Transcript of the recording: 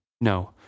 No